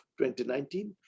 2019